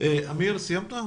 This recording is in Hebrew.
אמיר סיימת?